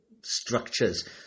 structures